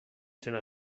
تونه